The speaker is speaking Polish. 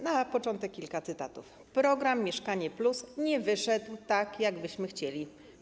Na początek kilka cytatów: Program ˝Mieszkanie+˝ nie wyszedł tak, jak byśmy chcieli.